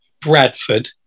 Bradford